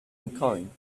encoding